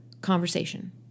conversation